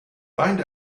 find